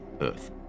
earth—